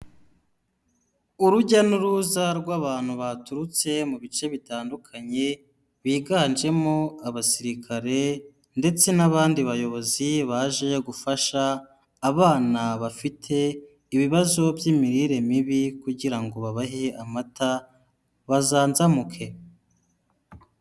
Urujya n'uruza rw'abantu baturutse mu bice bitandukanye, biganjemo abasirikare ndetse n'abandi bayobozi baje gufasha abana bafite ibibazo by'imirire mibi kugira ngo babahe amata bazanzamuke.